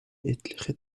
etliche